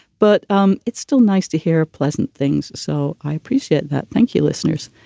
but um it's still nice to hear pleasant things. so i appreciate that. thank you, listeners.